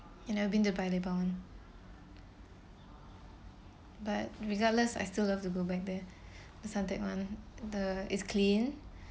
you never been to Paya Lebar one but regardless I still love to go back there the suntec one the is clean